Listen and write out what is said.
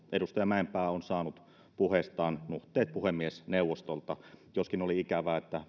edustaja mäenpää on saanut puheistaan nuhteet puhemiesneuvostolta joskin oli ikävää että